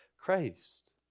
Christ